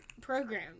program